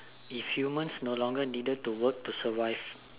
if humans no longer needed to work to survive